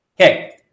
Okay